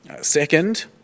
Second